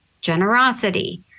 generosity